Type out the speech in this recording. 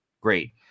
great